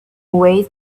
way